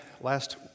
last